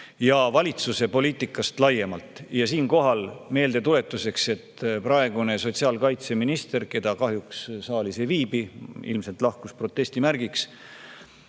ja valitsuse poliitikast laiemalt. Siinkohal meeldetuletuseks praeguse sotsiaalkaitseministri kohta, keda kahjuks saalis ei viibi, ilmselt lahkus protesti märgiks.